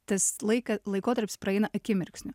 tas laiką laikotarpis praeina akimirksniu